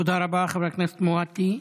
תודה רבה, חברת הכנסת מואטי.